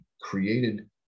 created